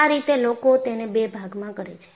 આ રીતે લોકો તેને બે ભાગમાં કરે છે